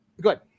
good